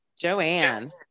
Joanne